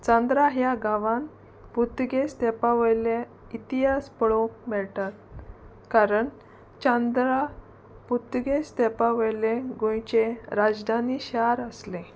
चांद्रा ह्या गांवान पुर्तुगेज तेंपावयले इतिहास पळोवंक मेळटात कारण चांद्रा पुर्तुगेज तेंपाावयले गोंयचें राजधानी शार आसलें